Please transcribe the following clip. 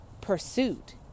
pursuit